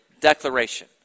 declaration